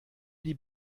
die